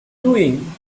doing